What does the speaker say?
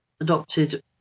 adopted